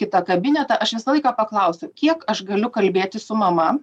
kitą kabinetą aš visą laiką paklausiu kiek aš galiu kalbėti su mama